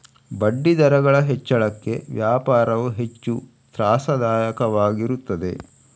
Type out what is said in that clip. ಬಡ್ಡಿದರಗಳ ಹೆಚ್ಚಳಕ್ಕೆ ವ್ಯಾಪಾರವು ಹೆಚ್ಚು ತ್ರಾಸದಾಯಕವಾಗಿರುತ್ತದೆ